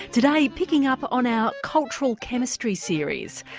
today picking up on our cultural chemistry series.